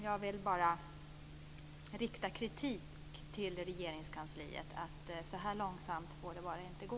Jag vill bara rikta kritik till Regeringskansliet. Så här långsamt får det bara inte gå.